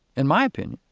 in my opinion.